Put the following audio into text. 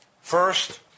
First